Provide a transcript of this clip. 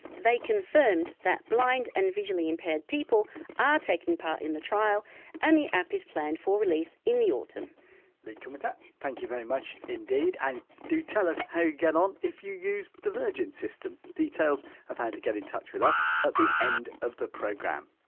they confirmed that, blind and visually impaired people are taking part in the trial and the app is planned for release in the autumn lee kumutat. thank you very much indeed! and do tell us how you get on if you use the virgin system. details of how to get in touch with us at the end of the programme!